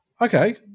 Okay